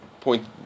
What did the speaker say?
Point